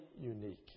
unique